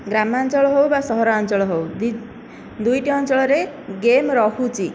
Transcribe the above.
ଗ୍ରାମାଞ୍ଚଳ ହେଉ ବା ସହରାଞ୍ଚଳ ହେଉ ଦୁଇଟା ଅଞ୍ଚଳରେ ଗେମ୍ ରହୁଛି